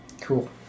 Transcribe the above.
Cool